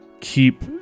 keep